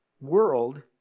world